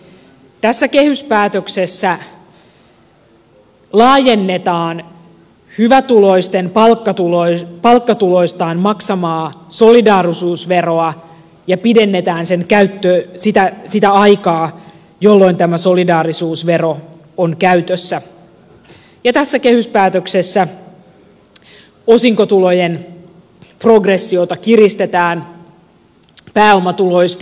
tässä kehyspäätöksessä laajennetaan hyvätuloisten palkkatuloistaan maksamaa solidaarisuusveroa ja pidennetään sitä aikaa jolloin tämä solidaarisuusvero on käytössä ja tässä kehyspäätöksessä osinkotulojen progressiota kiristetään pääomatuloista